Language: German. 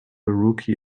rookie